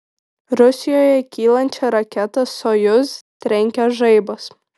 rusijoje į kylančią raketą sojuz trenkė žaibas